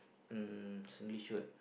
um Singlish word